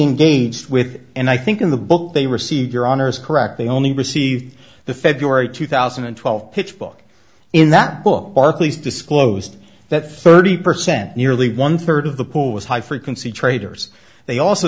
engaged and i think in the book they receive your honour's correct they only received the february two thousand and twelve pitch book in that book barclays disclosed that thirty percent nearly one third of the pool was high frequency traders they also